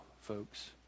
folks